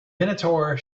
minotaur